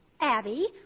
Abby